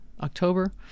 October